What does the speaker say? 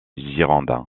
girondins